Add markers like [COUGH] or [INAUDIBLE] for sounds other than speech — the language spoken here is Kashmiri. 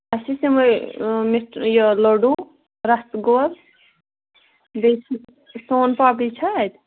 اَسہِ ٲسۍ یِمَے مِٹھ یہِ لڈوٗ رَسہٕ گول بیٚیہِ [UNINTELLIGIBLE] سون پاپڈی چھا اَتہِ